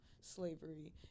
slavery